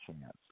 chance